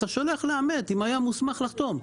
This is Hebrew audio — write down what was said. אתה שולח לאמת אם הוא היה מוסמך לחתום.